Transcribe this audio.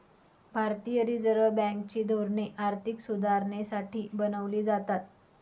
भारतीय reserve bank ची धोरणे आर्थिक सुधारणेसाठी बनवली जातात